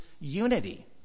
unity